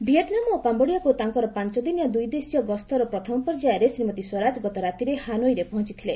Vietnam ଓ କାମ୍ଘୋଡ଼ିଆକୁ ତାଙ୍କର ପାଞ୍ଚଦିନିଆ ଦୁଇଦେଶୀୟ ଗସ୍ତର ପ୍ରଥମ ପର୍ଯ୍ୟାୟରେ ଶ୍ରୀମତୀ ସ୍ୱରାଜ ଗତରାତିରେ ହାନୋଇରେ ପହଞ୍ଚଥିଲେ